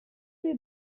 les